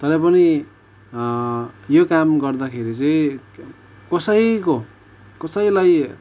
तरै पनि यो काम गर्दाखेरि चाहिँ कसैको कसैलाई